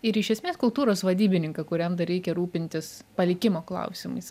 ir iš esmės kultūros vadybininką kuriam dar reikia rūpintis palikimo klausimais